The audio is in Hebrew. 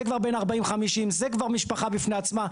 זה כבר בן 40 או 50, זה כבר משפחה בפני עצמה.